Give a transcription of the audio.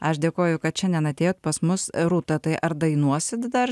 aš dėkoju kad šiandien atėjot pas mus rūta tai ar dainuosit dar